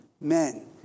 men